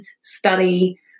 study